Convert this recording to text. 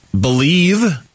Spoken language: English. believe